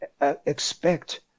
expect